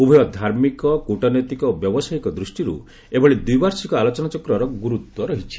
ଉଭୟ ଧାର୍ମିକ କୁଟନୈତିକ ଓ ବ୍ୟବସାୟିକ ଦୃଷ୍ଟିରୁ ଏଭଳି ଦ୍ୱିବାର୍ଷିକ ଆଲୋଚନାଚକ୍ରର ଗୁରୁତ୍ୱ ରହିଛି